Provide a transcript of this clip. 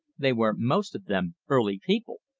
they were most of them early people.